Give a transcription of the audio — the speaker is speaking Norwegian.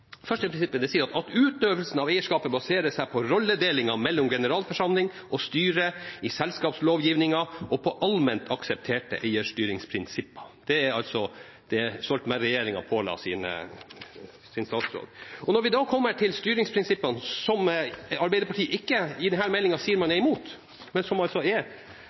at «utøvelsen av eierskapet baserer seg på rolledelingen mellom generalforsamling og styre i selskapslovgivningen og på allment aksepterte eierstyringsprinsipper». Det er altså det Stoltenberg-regjeringen påla sin statsråd. Når vi da kommer til styringsprinsippene som Arbeiderpartiet i denne meldingen sier man er imot, men som altså er